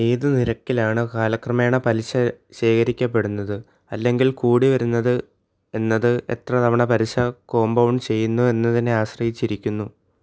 ഏതു നിരക്കിലാണ് കാലക്രമേണ പലിശ ശേഖരിക്കപ്പെടുന്നത് അല്ലെങ്കിൽ കൂടിവരുന്നത് എന്നത് എത്ര തവണ പലിശ കോമ്പൗണ്ട് ചെയ്യുന്നു എന്നതിനെ ആശ്രയിച്ചിരിക്കുന്നു